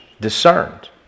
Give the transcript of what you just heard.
discerned